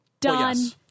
Done